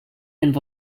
and